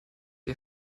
ihr